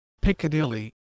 Piccadilly